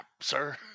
sir